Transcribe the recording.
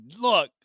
Look